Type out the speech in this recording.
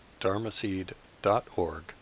dharmaseed.org